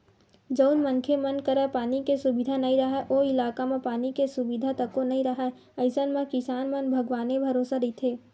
जउन मनखे मन करा पानी के सुबिधा नइ राहय ओ इलाका म पानी के सुबिधा तको नइ राहय अइसन म किसान मन भगवाने भरोसा रहिथे